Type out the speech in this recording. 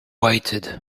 waited